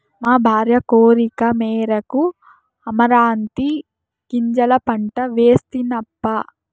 మా భార్య కోరికమేరకు అమరాంతీ గింజల పంట వేస్తినప్పా